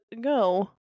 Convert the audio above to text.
go